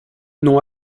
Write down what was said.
nom